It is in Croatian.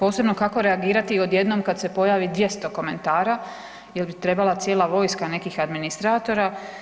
Posebno kako reagirati odjednom kada se pojavi 200 komentara jel' bi trebala cijela vojska nekih administratora?